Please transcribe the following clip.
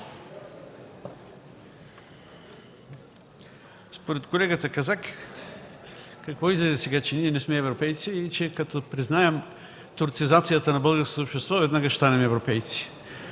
Според колегата Казак, какво излезе сега – че ние не сме европейци и че като признаем турцизацията на българското общество веднага ще станем европейци.